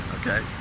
okay